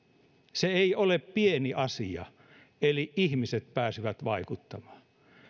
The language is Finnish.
se ei ole pieni asia eli ihmiset pääsivät vaikuttamaan